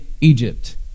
Egypt